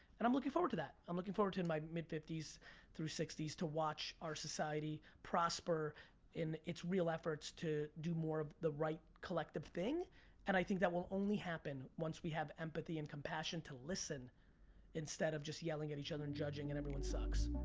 and i'm looking forward to that, i'm looking forward to in my mid zero s through sixty s to watch our society prosper in its real efforts to do more of the right collective thing and i think that will only happen once we have empathy and compassion to listen instead of just yelling at each other and judging and everyone sucks.